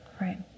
right